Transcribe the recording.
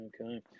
Okay